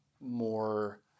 more